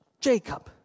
Jacob